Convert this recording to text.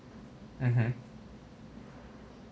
mmhmm